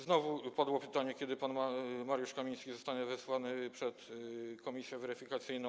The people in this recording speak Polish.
Znowu padło pytanie, kiedy pan Mariusz Kamiński zostanie wezwany przed komisję weryfikacyjną.